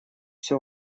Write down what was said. все